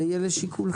- זה יהיה לשיקולכם.